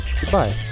Goodbye